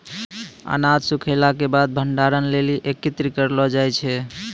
अनाज सूखैला क बाद भंडारण लेलि एकत्रित करलो जाय छै?